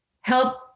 help